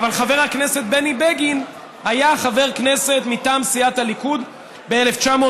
אבל חבר הכנסת בני בגין היה חבר הכנסת מטעם סיעת הליכוד ב-1992.